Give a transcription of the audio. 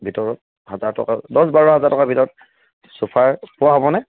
ভিতৰত হাজাৰ টকা দছ বাৰ হাজাৰ টকাৰ ভিতৰত চোফা পোৱা হ'বনে